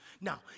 Now